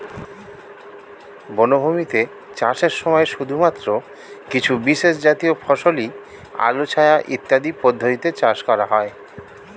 বনভূমিতে চাষের সময় শুধুমাত্র কিছু বিশেষজাতীয় ফসলই আলো ছায়া ইত্যাদি পদ্ধতিতে চাষ করা হয়